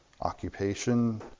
occupation